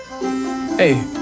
Hey